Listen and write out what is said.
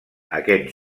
aquest